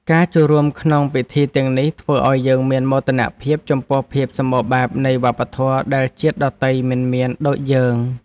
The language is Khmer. ការចូលរួមក្នុងពិធីទាំងនេះធ្វើឱ្យយើងមានមោទនភាពចំពោះភាពសម្បូរបែបនៃវប្បធម៌ដែលជាតិដទៃមិនមានដូចយើង។